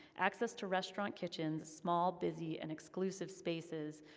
access to restaurant kitchens, small, busy, and exclusive spaces,